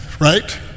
right